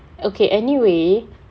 okay anyway